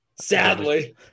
Sadly